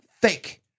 fake